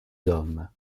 hommes